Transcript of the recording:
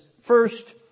first